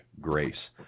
grace